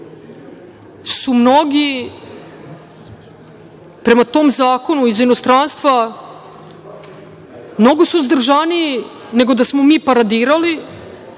su mnogi prema tom zakonu iz inostranstva mnogo suzdržaniji, nego da smo mi paradirali,